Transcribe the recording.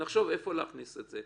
נחשוב איפה להכניס את זה,